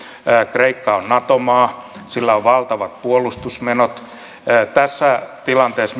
kreikka on nato maa sillä on valtavat puolustusmenot tässä tilanteessa